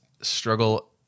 struggle